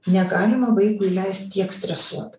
negalima vaikui leist tiek stresuot